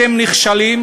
אתם נכשלים,